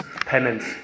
penance